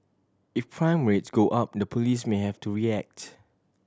if prime rates go up in the police may have to react